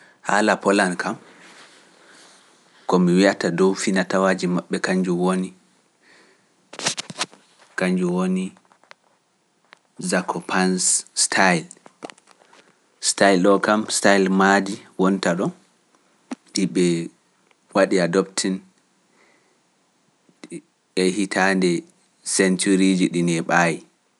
Haala Poolaani kam, ko mi wi’ata dow finatawaji maɓɓe kañnjo woni Zakopan’s style. Style ɗo kam style maadi wonta ɗo, ɗi ɓe waɗi a ɗoften e hitaande sencuriiji ɗi ni e ɓaawi.